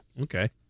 okay